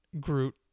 Groot